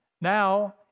Now